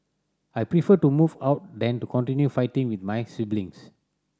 I prefer to move out than to continue fighting with my siblings